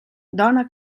dona